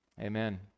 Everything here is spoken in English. Amen